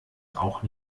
auch